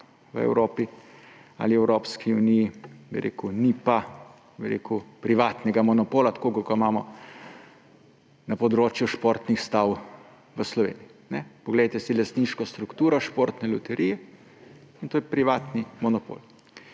v Evropi ali v Evropski uniji ni privatnega monopola, tako kot ga imamo na področju športnih stav v Sloveniji. Poglejte si lastniško strukturo Športne loterije; in to je privatni monopol.